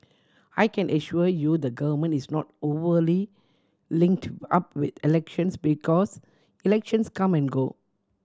I can assure you the Government is not overly linked up with elections because elections come and go